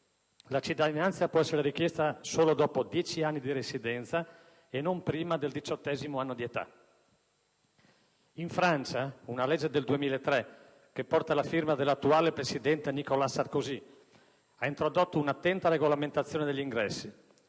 La cittadinanza può essere richiesta solo dopo dieci anni di residenza e non prima del diciottesimo anno di età. In Francia, una legge del 2003, che porta la firma dell'attuale presidente Nicolas Sarkozy, ha introdotto un'attenta regolamentazione degli ingressi.